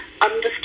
understood